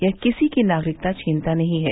यह किसी की नागरिकता छीनता नहीं है